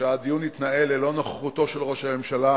שהדיון יתנהל ללא נוכחותו של ראש הממשלה.